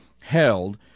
held